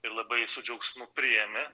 ir labai su džiaugsmu priėmė